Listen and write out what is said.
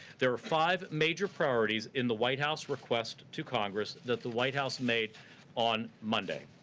there are five major priorities in the white house request to congress that the white house made on monday.